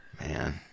man